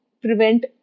prevent